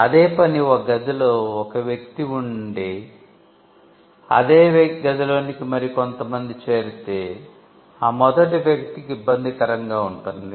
అదే పని ఒక గదిలో ఒక వ్యక్తి వుండి అదే గదిలోనికి మరి కొంతమంది చేరితే ఆ మొదటి వ్యక్తికి ఇబ్బందికరంగా ఉంటుంది